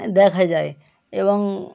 দেখা যায় এবং